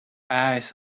eyes